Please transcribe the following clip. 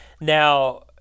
Now